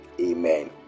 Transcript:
amen